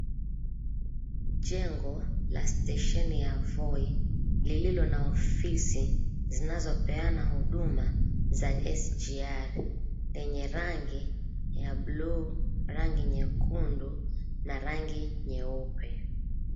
Jengo la stesheni ya Voi lililo na ofisi zinazopeana huduma za SGR yenye rangi ya bluu, rangi nyekundu na rangi nyeupe.